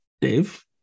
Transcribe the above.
Dave